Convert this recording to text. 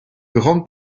grande